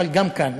אבל גם כאן,